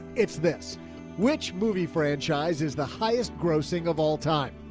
it's this which movie franchise is the highest grossing of all time.